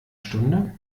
stunde